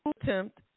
attempt